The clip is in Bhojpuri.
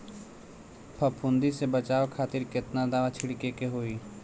फाफूंदी से बचाव खातिर केतना दावा छीड़के के होई?